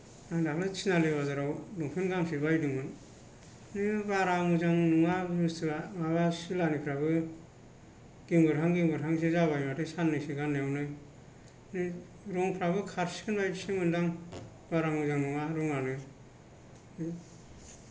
आं दाख्लै थिनालि बाजाराव लंपेन्ट गांसे बायदोंमोन बे बारा मोजां नङा बुस्तुआ माबा सिलानिफोराबो गेंगोरहां गेंगोरहां जाबाय माथो सान्नैसो गान्नायावनो बे रंफ्राबो खारसिगोन बायदिसो मोन्दों आं बारा मोजां नङा रंआनो